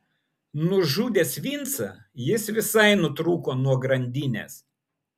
nužudęs vincą jis visai nutrūko nuo grandinės